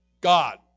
God